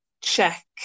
check